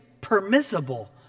permissible